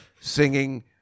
singing